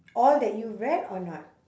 all that you read or not